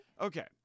Okay